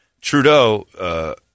Trudeau